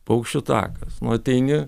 paukščių takas nu ateini